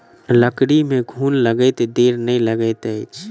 लकड़ी में घुन लगैत देर नै लगैत अछि